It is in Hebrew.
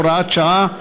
הוראת שעה),